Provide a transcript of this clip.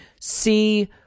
see